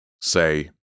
Say